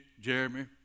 Jeremy